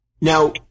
Now